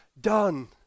done